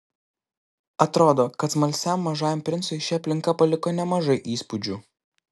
atrodo kad smalsiam mažajam princui ši aplinka paliko nemažai įspūdžių